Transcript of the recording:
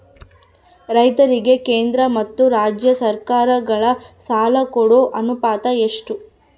ರೈತರಿಗೆ ಕೇಂದ್ರ ಮತ್ತು ರಾಜ್ಯ ಸರಕಾರಗಳ ಸಾಲ ಕೊಡೋ ಅನುಪಾತ ಎಷ್ಟು?